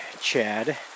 Chad